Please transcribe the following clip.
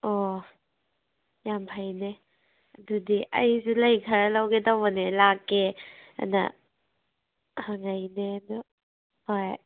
ꯑꯣ ꯌꯥꯝ ꯐꯩꯅꯦ ꯑꯗꯨꯗꯤ ꯑꯩꯁꯨ ꯂꯩ ꯈꯔ ꯂꯧꯒꯦ ꯇꯧꯕꯅꯦ ꯂꯥꯛꯀꯦ ꯑꯅ ꯍꯪꯂꯛꯂꯤꯅꯦ ꯑꯗꯣ ꯍꯣꯏ